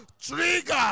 trigger